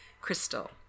Crystal